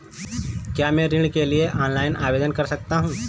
क्या मैं ऋण के लिए ऑनलाइन आवेदन कर सकता हूँ?